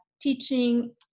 teaching